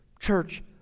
Church